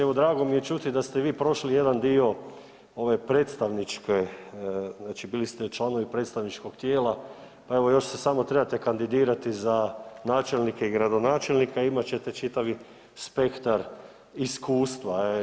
Evo drago mi je čuti da ste vi prošli jedan ove predstavničke, znači bili ste članovi predstavničkog tijela, pa evo još se samo trebate kandidirati načelnika i gradonačelnika i imat ćete čitavi spektar iskustva.